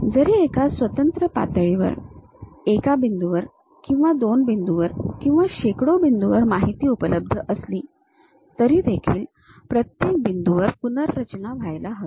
जरी एका स्वतंत्र पातळीवर एका बिंदूवर दोन बिंदूवर किंवा शेकडो बिंदूवर माहिती उपलब्ध असली तरी देखील प्रत्येक बिंदूवर पुनर्रचना व्हायला हवी